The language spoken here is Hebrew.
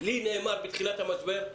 לי נאמר בתחילת המשבר,